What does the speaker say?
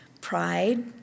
Pride